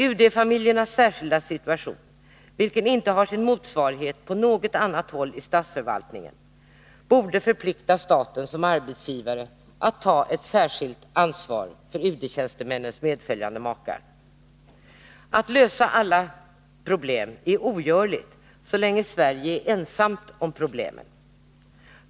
UD-familjernas särskilda situation, vilken inte har sin motsvarighet på något annat håll i statsförvaltningen, borde förpliktiga staten som arbetsgivare med att ta ett särskilt ansvar för UD-tjänstemännens medföljande makar. Att lösa alla problem är ogörligt så länge Sverige är ensam om problemen.